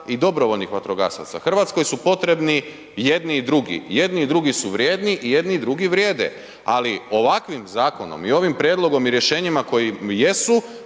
i dobrovoljnih vatrogasaca. Hrvatskoj su potrebni i jedni i drugi. Jedni i drugi su vrijedi i jedni i drugi vrijede ali ovakvim zakonom i ovim prijedlogom i rješenjima koji jesu,